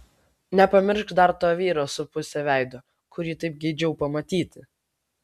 nepamiršk dar to vyro su puse veido kurį taip geidžiau pamatyti